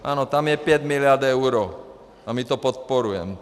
Ano, tam je 5 mld. eur a my to podporujeme.